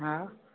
हा